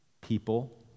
people